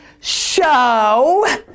Show